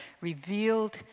revealed